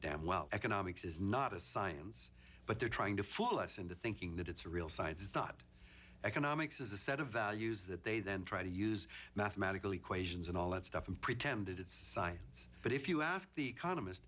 damn well economics is not a science but they're trying to fool us into thinking that it's real science is not economics is a set of values that they then try to use mathematical equations and all that stuff and pretend it's science but if you ask the economist